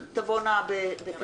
תבואנה.